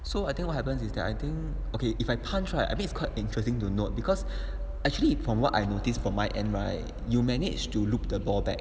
so I think what happens is that I think okay if I punch right a bit quite interesting to note because actually from what I notice from my end right you manage to loop the ball back